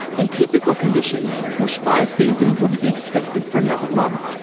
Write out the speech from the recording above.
in typical conditions, bushfire season wouldn't be expected for another month.